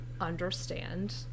understand